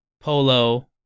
Polo